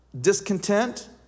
discontent